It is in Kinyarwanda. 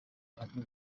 abantu